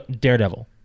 Daredevil